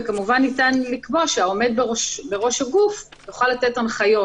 וכמובן ניתן לקבוע שהעומד בראש הגוף יוכל לתת הנחיות,